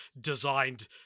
designed